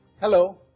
Hello